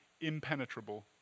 impenetrable